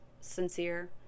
sincere